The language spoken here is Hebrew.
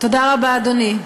תודה רבה, אדוני.